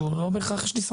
בוא תעזור לי.